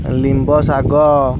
ଲିମ୍ବ ଶାଗ